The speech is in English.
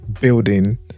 building